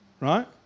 Right